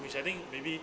which I think maybe